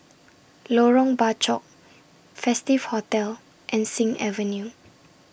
Lorong Bachok Festive Hotel and Sing Avenue